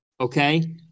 okay